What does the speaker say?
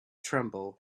tremble